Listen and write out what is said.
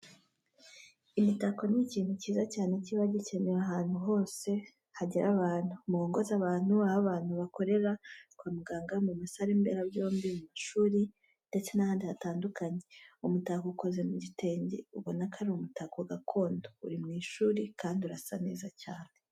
Imitako ni ikintu cyiza cyane kiba gikenewe ahantu hose hagera abantu, mu ngo zabantu, aho abantu bakorera, kwa muganga, muma sale mberabyombi, muma shuri, ndetse nahandi hatandukanye. Umutako ukomeze mu gitenge ubona ko ari umutako gakondo, uri mu ishuri kandi urasa neza cyane.